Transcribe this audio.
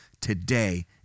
Today